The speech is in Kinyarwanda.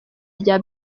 rya